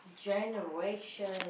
generation